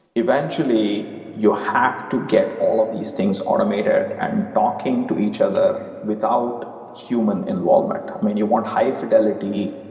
eventually you have to get all of these things automated and talking to each other without human involvement. um and you want high-fidelity,